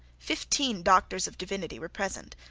fifteen doctors of divinity were present.